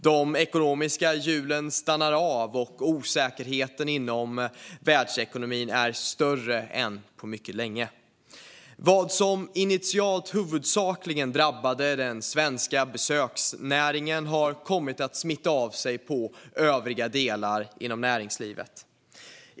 De ekonomiska hjulen stannar av, och osäkerheten inom världsekonomin är större än på mycket länge. Vad som initialt huvudsakligen drabbade den svenska besöksnäringen har kommit att smitta av sig på övriga delar inom näringslivet.